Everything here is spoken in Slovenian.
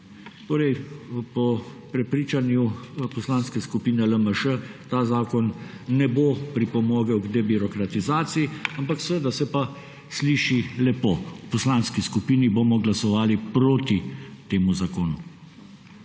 Po prepričanju Poslanske skupine LMŠ ta zakon ne bo pripomogel k debirokratizaciji, ampak seveda se pa sliši lepo. V Poslanski skupino bomo glasovali proti temu zakonu.